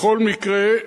בכל מקרה,